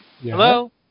Hello